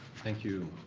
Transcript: thank you,